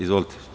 Izvolite.